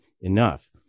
enough